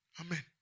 Amen